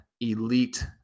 elite